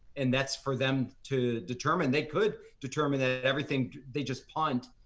and that's for them to determine. they could determine that everything they just punt,